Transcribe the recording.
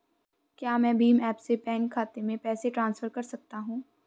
क्या मैं भीम ऐप से बैंक खाते में पैसे ट्रांसफर कर सकता हूँ?